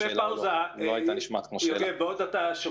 נשמע כמו שאלה.